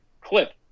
clip